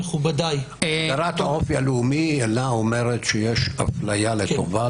הגדרת האופי הלאומי אינה אומרת שיש אפליה לטובה,